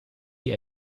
die